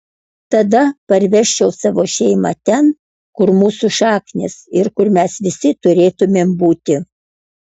tada parvežčiau savo šeimą ten kur mūsų šaknys ir kur mes visi turėtumėm būti